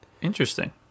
Interesting